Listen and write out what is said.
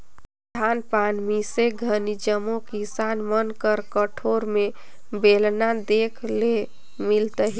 धान पान मिसे घनी जम्मो किसान मन कर कोठार मे बेलना देखे ले मिलतिस